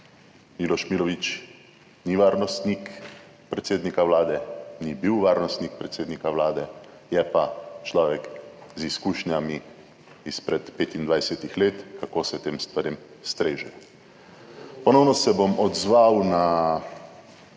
Miloš Milovič ni varnostnik predsednika Vlade, ni bil varnostnik predsednika Vlade, je pa človek z izkušnjami izpred 25 let, kako se tem stvarem streže. Ponovno se bom odzval na